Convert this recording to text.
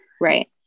Right